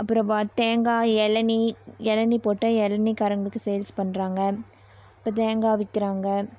அப்பறம் தேங்காய் இளநி இளநி போட்டு இளநிகாரங்களுக்கு சேல்ஸ் பண்ணுறாங்க இப்போ தேங்காய் விற்கிறாங்க